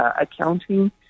accounting